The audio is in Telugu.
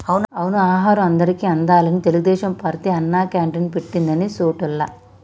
అవును ఆహారం అందరికి అందాలని తెలుగుదేశం పార్టీ అన్నా క్యాంటీన్లు పెట్టింది అన్ని సోటుల్లా